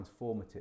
transformative